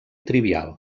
trivial